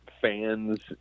Fans